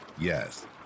yes